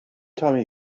time